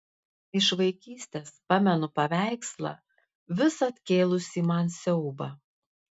iš vaikystės pamenu paveikslą visad kėlusį man siaubą